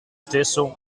stesso